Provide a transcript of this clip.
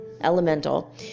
elemental